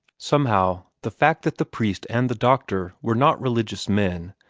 somehow, the fact that the priest and the doctor were not religious men,